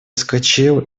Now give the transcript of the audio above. вскочил